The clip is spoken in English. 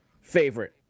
favorite